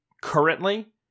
currently